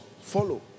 follow